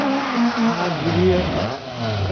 हाँ घी भी है